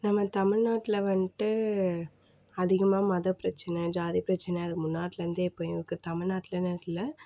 நம்ம தமிழ்நாட்டில் வந்துட்டு அதிகமாக மத பிரச்சனை ஜாதி பிரச்சனை அது முன்னாடிலேருந்தே இப்போயும் இருக்குது தமிழ்நாட்டுலேன்னு இல்லை